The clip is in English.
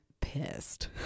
pissed